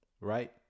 Right